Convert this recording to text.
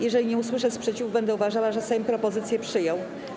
Jeżeli nie usłyszę sprzeciwu, będę uważała, że Sejm propozycję przyjął.